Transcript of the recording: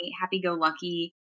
happy-go-lucky